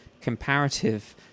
comparative